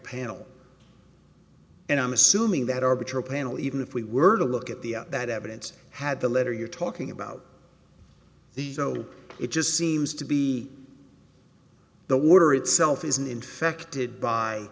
panel and i'm assuming that arbiter panel even if we were to look at the that evidence had the letter you're talking about the show it just seems to be the water itself isn't infected by